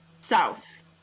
south